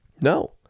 no